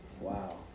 wow